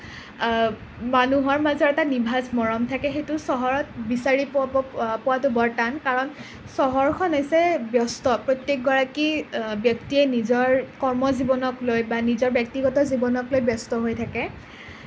মানুহৰ মাজৰ এটা নিভাঁজ মৰম থাকে সেইটো চহৰত বিচাৰি পোৱাটো বৰ টান কাৰণ চহৰখন হৈছে ব্যস্ত প্ৰত্যেকগৰাকী ব্যক্তিয়ে নিজৰ কৰ্মজীৱনক লৈ বা নিজৰ ব্যক্তিগত জীৱনক লৈ ব্যস্ত হৈ থাকে